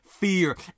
fear